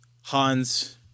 Hans